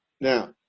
Now